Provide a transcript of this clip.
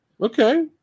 Okay